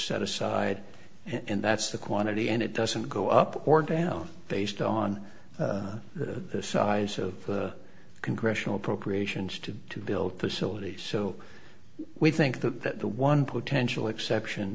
set aside and that's the quantity and it doesn't go up or down based on the size of congressional appropriations to to build facilities so we think that the one potential exception